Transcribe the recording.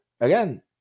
again